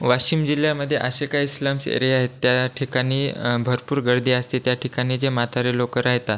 वाशिम जिल्ह्यामधे असे काही स्लमस् एरिया आहेत त्या ठिकाणी भरपूर गर्दी असते त्या ठिकाणी जे म्हातारे लोक राहतात